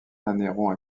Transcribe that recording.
anneyron